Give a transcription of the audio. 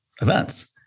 Events